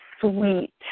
sweet